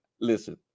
listen